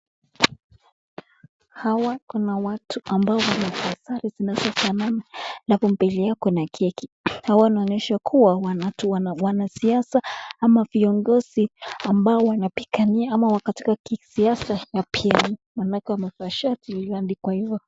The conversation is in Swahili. Hawa kuna watu ambao wamevalia sare zinazofanana na mbele yao kuna keki. Hawa wanaonyesha kuwa ni watu wanasiasa ama viongozi ambao wanapigania ama wako katika siasa na pia maanake wamevaa shati ilyoandikwa yo.